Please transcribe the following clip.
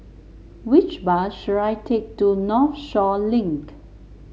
which bus should I take to Northshore Link